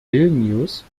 vilnius